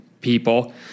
people